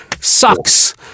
sucks